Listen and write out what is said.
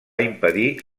impedir